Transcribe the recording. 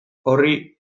horri